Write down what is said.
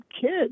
kids